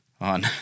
on